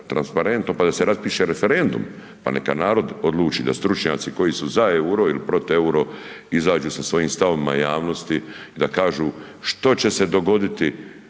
pa da se raspiše referendum, pa neka narod odluči, da stručnjaci koji su za EUR-o ili protiv EUR-o izađu s svojim stavom .../Govornik se ne